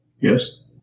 Yes